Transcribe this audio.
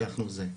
שאנחנו זה,